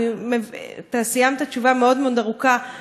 אתה סיימת תשובה ארוכה מאוד מאוד, אבל לא על זה.